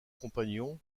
compagnons